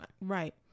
right